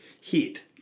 heat